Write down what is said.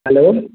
hello